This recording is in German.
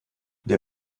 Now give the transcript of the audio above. der